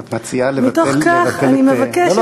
אז את מציעה לבטל, אני מבקשת, אני אגיד בדיוק.